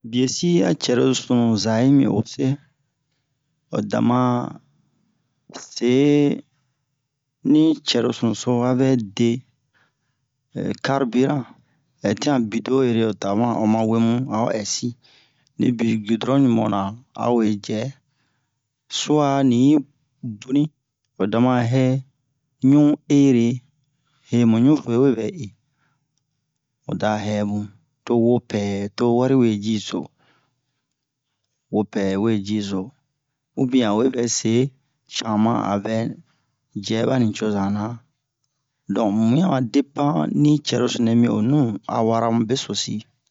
Biye-si a cɛrosunu za yi mi o se o dama se ni cɛrosunu a vɛ de karburan hɛtin a bidon ere o da oma oma a o ɛsi ni bi- gidɔron ɲubonna a we jɛɛ suwa ni ɲi boni o dama wɛ ɲu ere he mu ɲunfuwe we vɛ e o da hɛ bun to wopɛ to wari we ji zo wopɛ we ji zo ubiyɛn awe vɛ se cama a vɛ jɛ ɓa nucoza na donk muɲan ma depan ni cɛrosunu nɛ mi o nu a wara mu besosi